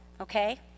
okay